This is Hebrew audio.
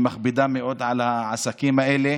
שמכבידה מאוד על העסקים האלה.